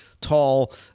tall